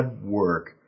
work